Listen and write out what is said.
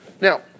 Now